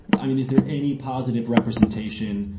i mean, is there any positive representation,